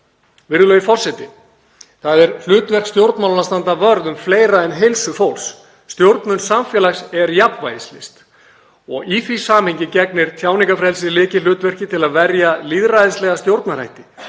Virðulegi forseti. Það er hlutverk stjórnmálanna að standa vörð um fleira en heilsu fólks. Stjórnun samfélags er jafnvægislist og í því samhengi gegnir tjáningarfrelsi lykilhlutverki til að verja lýðræðislega stjórnarhætti